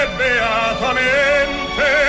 beatamente